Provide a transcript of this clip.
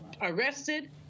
arrested